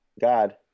God